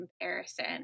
comparison